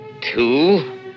two